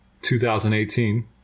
2018